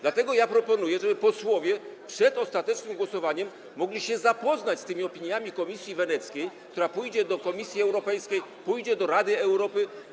Dlatego proponuję, żeby posłowie przed ostatecznym głosowaniem mogli się zapoznać z tymi opiniami Komisji Weneckiej, która pójdzie z tym do Komisji Europejskiej, później do Rady Europy.